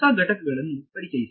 ಹೊಸ ಘಟಕವನ್ನು ಪರಿಚಯಿಸಿ